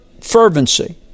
fervency